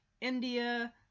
India